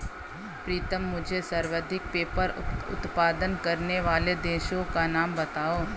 प्रीतम मुझे सर्वाधिक पेपर उत्पादन करने वाले देशों का नाम बताओ?